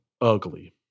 ugly